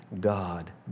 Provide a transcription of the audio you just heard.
God